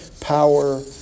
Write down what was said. power